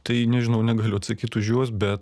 tai nežinau negaliu atsakyt už juos bet